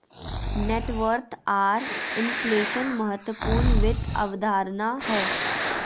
net worth आर inflation महत्वपूर्ण वित्त अवधारणा हय